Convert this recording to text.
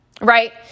right